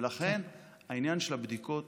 ולכן בעניין של הבדיקות